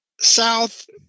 South